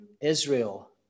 Israel